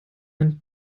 and